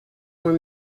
were